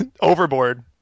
Overboard